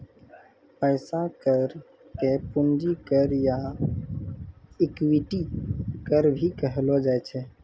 पैसा कर के पूंजी कर या इक्विटी कर भी कहलो जाय छै